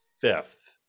fifth